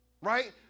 right